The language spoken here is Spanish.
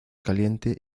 caliente